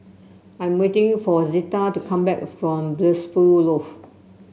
I 'm waiting for Zita to come back from Blissful Loft